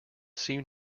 seem